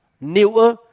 newer